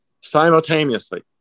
simultaneously